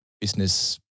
business